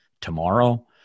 tomorrow